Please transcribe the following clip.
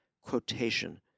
quotation